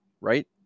right